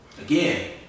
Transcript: again